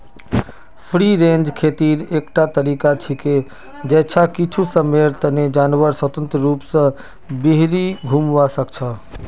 free range खेतीर एकटा तरीका छिके जैछा कुछू समयर तने जानवर स्वतंत्र रूप स बहिरी घूमवा सख छ